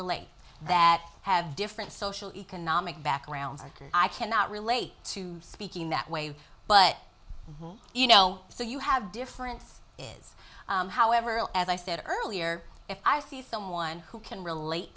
relate that have different social economic backgrounds or i cannot relate to speaking that way but you know so you have different is however as i said earlier if i see someone who can relate